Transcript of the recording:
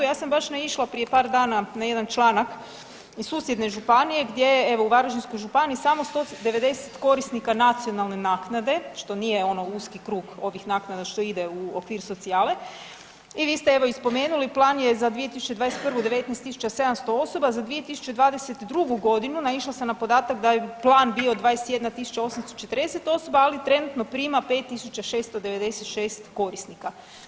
Ja sam baš naišla prije par dana na jedan članak iz susjedne županije gdje je evo u Varaždinskoj županiji samo 190 korisnika nacionalne naknade, što nije ono uski krug ovih naknada što ide u okvir socijale i vi ste evo i spomenuli plan je za 2021. 19.700 osoba, za 2022.g. naišla sam na podatak da je plan bio 21.840 osoba, ali trenutno prima 5.696 korisnika.